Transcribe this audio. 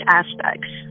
aspects